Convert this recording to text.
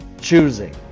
choosing